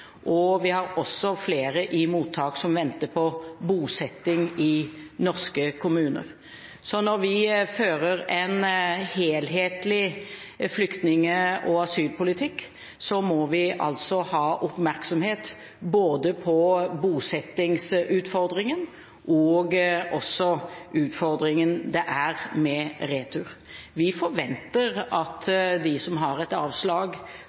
og også flere i mottak som venter på bosetting i norske kommuner. Så når vi fører en helhetlig flyktning- og asylpolitikk, må vi altså ha oppmerksomhet både på bosettingsutfordringen og den utfordringen det er med retur. Vi forventer at de som har fått avslag